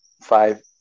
five